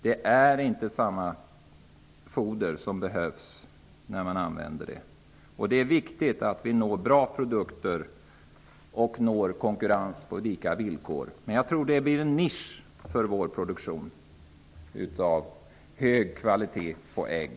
Det är viktigt att vi får bra produkter och konkurrens på lika villkor. Jag tror att vi kan skapa en nisch för vår produktion med hög kvalitet på ägg.